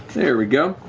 there we go,